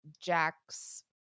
jack's